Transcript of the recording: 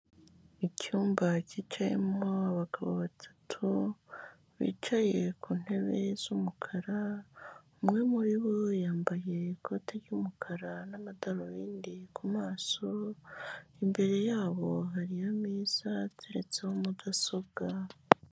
Icyumba cyicayemo abagabo batatu bicaye ku ntebe z'umukara, umwe muribo yambaye ikote ry'umukara n'amadarubindi ku maso, imbere yabo hari ameza ateretseho mudasobwa.